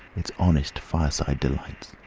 its honest fireside delights.